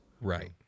right